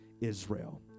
Israel